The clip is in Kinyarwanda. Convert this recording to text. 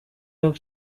york